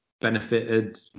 benefited